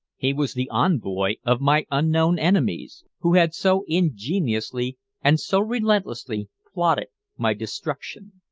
he was the envoy of my unknown enemies, who had so ingeniously and so relentlessly plotted my destruction.